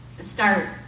start